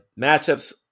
Matchups